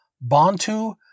Bantu